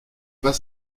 pas